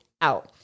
out